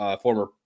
former